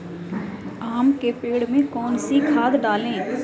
आम के पेड़ में कौन सी खाद डालें?